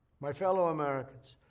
my fellow americans.